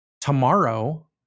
tomorrow